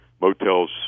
motels